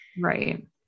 Right